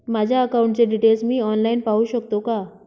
माझ्या अकाउंटचे डिटेल्स मी ऑनलाईन पाहू शकतो का?